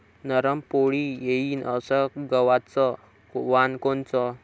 नरम पोळी येईन अस गवाचं वान कोनचं?